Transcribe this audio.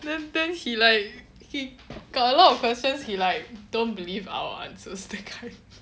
then then he like he got a lot of questions he like don't believe our answers that kind